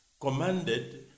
commanded